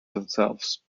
themselves